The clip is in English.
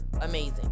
amazing